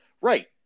Right